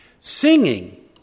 singing